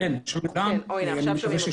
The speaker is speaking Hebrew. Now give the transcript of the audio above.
אני צריך לרכז המון המון דברים,